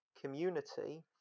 community